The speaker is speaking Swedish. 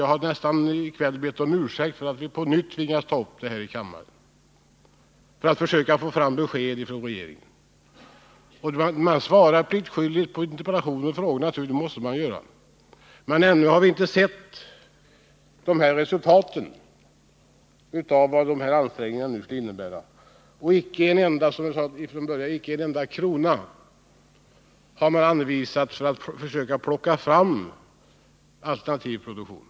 Jag har i kväll nästan bett om ursäkt för att vi på nytt har tvingats ta upp saken här i kammaren för att försöka få besked av regeringen. Naturligtvis svarar man pliktskyldigast på frågor och interpellationer, eftersom man måste göra Nr 122 detta. Men ännu har vi inte sett resultaten av ansträngningarna. Icke en enda Onsdagen den krona har, som sagt, anvisats för att man skall få alternativ produktion.